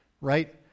right